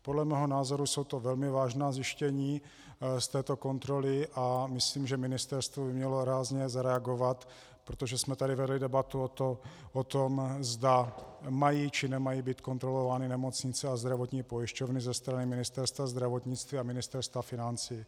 Podle mého názoru jsou to velmi vážná zjištění z této kontroly a myslím, že Ministerstvo by mělo rázně zareagovat, protože jsme tady vedli debatu o tom, zda mají, či nemají být kontrolovány nemocnice a zdravotní pojišťovny ze strany Ministerstva zdravotnictví a Ministerstva financí.